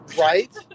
Right